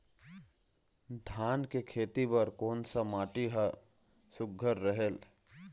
धान के खेती बर कोन सा माटी हर सुघ्घर रहेल?